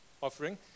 offering